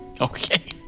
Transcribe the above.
Okay